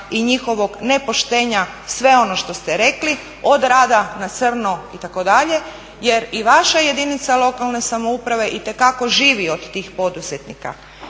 i njihovog nepoštenja sve ono što ste rekli od rada na crno itd., jer i vaša jedinica lokalne samouprave itekako živi od tih poduzetnika.